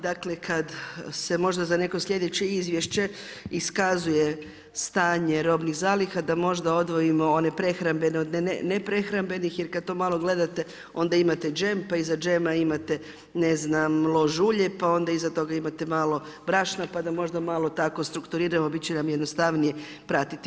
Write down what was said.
Dakle, kad se možda za neko slijedeće izvješće iskazuje stanje robnih zaliha, da možda odvojimo one prehrambene od neprehrambenih jer kad to malo gledate, onda imate džem, pa iza džema imate, ne znam, lož ulje, pa onda iza toga imate malo brašna, pa da možda malo tako strukturiramo, biti će nam jednostavnije pratiti.